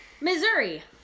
Missouri